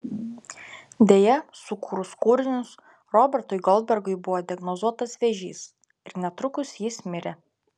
deja sukūrus kūrinius robertui goldbergui buvo diagnozuotas vėžys ir netrukus jis mirė